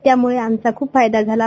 त्यामुळे आमचा ख्प फायदा झाला आहे